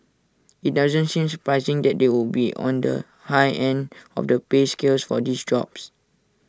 IT doesn't seem surprising that they would be on the high end of the pay scale for these jobs